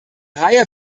reihe